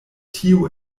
tiu